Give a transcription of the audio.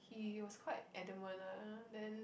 he was quite adamant lah then